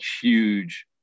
huge